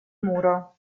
muro